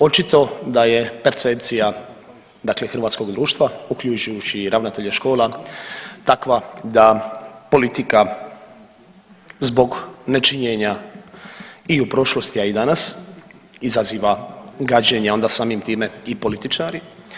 Očito da je percepcija dakle hrvatskog društva uključujući i ravnatelje škola takva da politika zbog nečinjenja i u prošlosti, a i danas izaziva gađenje, a onda samim time i političari.